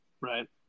Right